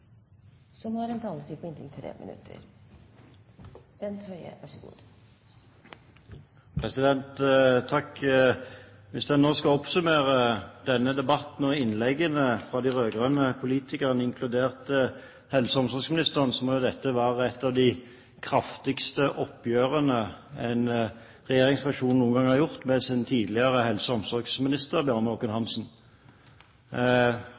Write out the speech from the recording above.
Hvis jeg nå skal oppsummere denne debatten og innleggene fra de rød-grønne politikerne, inkludert helse- og omsorgsministeren, må jo det være at dette er et av de kraftigste oppgjørene en regjeringsfraksjon noen gang har gjort med sin tidligere helse- og omsorgsminister Bjarne Håkon Hanssen. Han